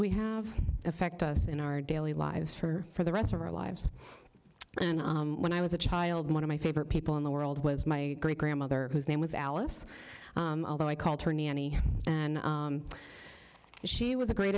we have affect us in our daily lives for for the rest of our lives and when i was a child one of my favorite people in the world was my great grandmother whose name was alice although i called her nanny and she was a great